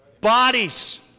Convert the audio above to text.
Bodies